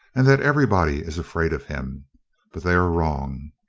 and that everybody is afraid of him but they are wrong.